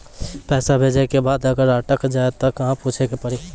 पैसा भेजै के बाद अगर अटक जाए ता कहां पूछे के पड़ी?